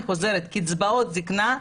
אני חוזרת, קצבאות הזקנה ----- בוודאי,